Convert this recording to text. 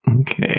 Okay